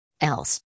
else